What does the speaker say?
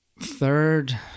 Third